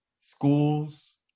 Schools